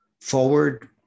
forward